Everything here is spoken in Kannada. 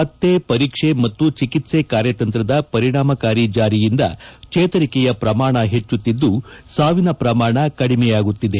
ಪತ್ತೆ ಪರೀಕ್ಷೆ ಮತ್ತು ಚಿಕಿತ್ವೆ ಕಾರ್ಯತಂತ್ರದ ಪರಿಣಾಮಕಾರಿ ಜಾರಿಯಿಂದ ಚೇತರಿಕೆಯ ಪ್ರಮಾಣ ಹೆಚ್ಚುತ್ತಿದ್ದು ಸಾವಿನ ಪ್ರಮಾಣ ಕಡಿಮೆಯಾಗುತ್ತಿದೆ